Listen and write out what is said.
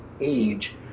age